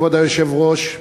כבוד היושב-ראש,